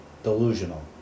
Delusional